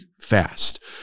fast